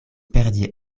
perdi